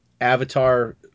Avatar